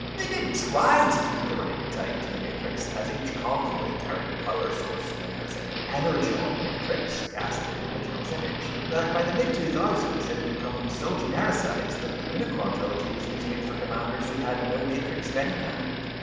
they did try to keep the rank tied to the matrix, as each convoy carried a power source known as an energon matrix cast in the original's image but by the mid two thousand s, it had become so genericized that the unicron trilogy was using it for commanders who had no matrix of any kind.